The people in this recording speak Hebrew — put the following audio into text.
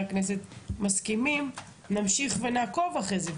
הכנסת מסכימים נמשיך ועקוב אחרי זה.